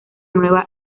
nueva